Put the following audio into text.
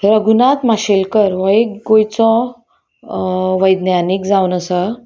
रघुनाथ माशेलकर हो एक गोंयचो वैज्ञानीक जावन आसा